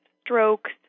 strokes